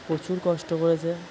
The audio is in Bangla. প্রচুর কষ্ট করেছে